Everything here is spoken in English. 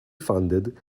funded